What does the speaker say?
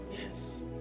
yes